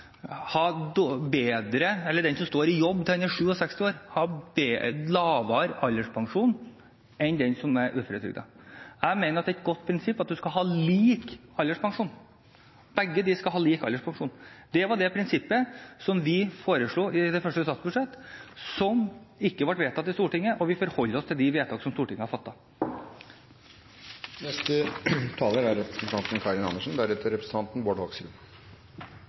ha lavere alderspensjon enn den som er uføretrygdet? Jeg mener det er et godt prinsipp at man skal ha lik alderspensjon – begge disse skal ha lik alderspensjon. Det var det prinsippet vi foreslo i det første statsbudsjettet, som ikke ble vedtatt i Stortinget, og vi forholder oss til de vedtak som Stortinget har fattet. Jeg er